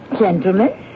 Gentlemen